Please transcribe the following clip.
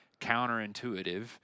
counterintuitive